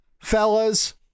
Fellas